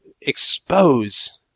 expose